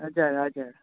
हजुर हजुर